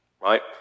Right